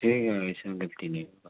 ٹھیک ہے ایسے میں غلطی نہیں ہوگا